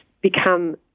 become